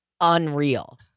unreal